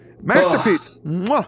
Masterpiece